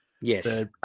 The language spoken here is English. yes